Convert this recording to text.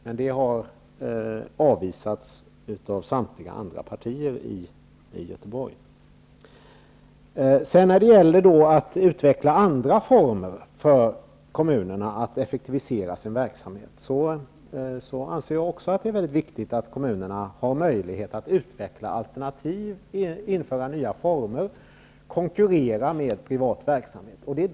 Men det förslaget har avvisats av samtliga andra partier i Göteborgs kommun. När det sedan gäller detta med att utveckla andra former för kommunernas effektivisering av den egna verksamheten anser också jag att det är väldigt viktigt att kommunerna har möjlighet att utveckla alternativ, införa nya former och konkurrera med privat verksamhet.